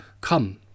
Come